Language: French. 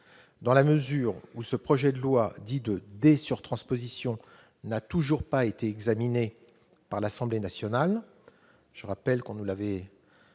Dans la mesure où ce projet de loi dit de « dé-sur-transposition » n'a toujours pas été examiné par l'Assemblée nationale- je rappelle qu'on nous avait